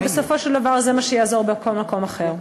בסופו של דבר זה מה שיעזור בכל מקום אחר.